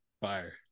fire